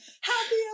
Happy